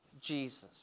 Jesus